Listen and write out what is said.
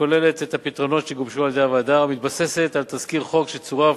כוללת את הפתרונות שגובשו על-ידי הוועדה ומתבססת על תזכיר חוק שצורף